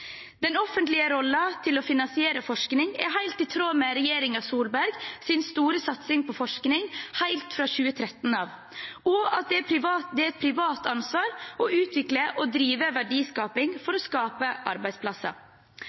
Den offentlige rollen i å finansiere forskning er helt i tråd med regjeringen Solbergs store satsing på forskning, helt fra 2013 av, og at det er et privat ansvar å utvikle og drive verdiskaping for å skape arbeidsplasser.